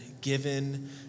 given